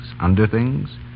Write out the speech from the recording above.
underthings